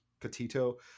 petito